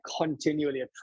continually